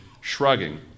shrugging